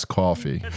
coffee